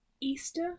easter